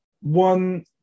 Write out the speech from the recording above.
one